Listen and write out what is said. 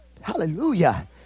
Hallelujah